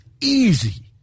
Easy